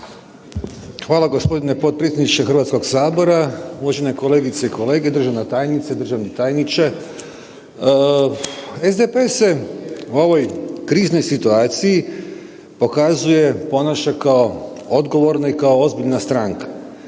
Hvala g. potpredsjedniče HS-a. Uvažene kolegice i kolege, državna tajnice, državni tajniče. SDP se u ovoj kriznoj situaciji pokazuje, ponaša kao odgovorno i kao ozbiljna stranka.